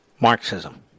Marxism